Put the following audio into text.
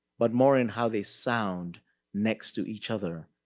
but more in how they sound next to each other.